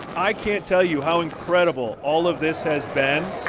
i can't tell you how incredible all of this has been.